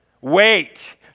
Wait